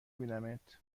بینمت